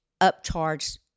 upcharge